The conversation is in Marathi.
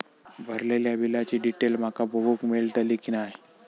भरलेल्या बिलाची डिटेल माका बघूक मेलटली की नाय?